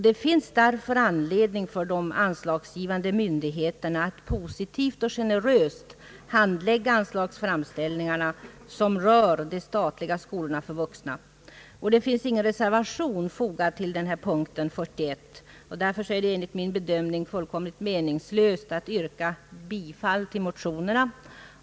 Det finns därför anledning för de anslagsgivande myndigheterna att positivt och generöst behandla anslagsframställningar som rör de statliga skolorna för vuxna. Ingen reservation har avgivits under punkten 41, och det är därför enligt min bedömning fullkomligt meningslöst att yrka bifall till motionerna.